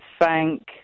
thank